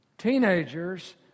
Teenagers